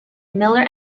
millar